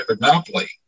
Monopoly